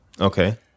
Okay